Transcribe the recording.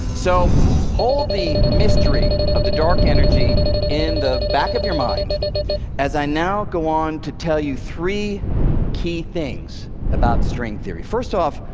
so hold the mystery of the dark energy in the back of your mind as i now go on to tell you three key things about string theory. first off,